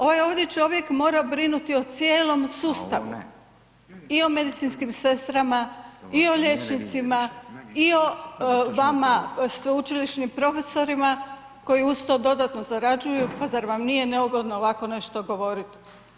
Ovaj ovdje čovjek mora brinuti o cijelom sustavu i o medicinskim sestrama i o liječnicima i o vama sveučilišnim profesorima koji uz to dodatno zarađuju, pa zar vam nije neugodno ovako nešto govoriti.